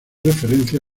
referencia